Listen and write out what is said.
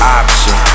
option